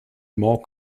more